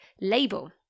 label